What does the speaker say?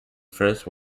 first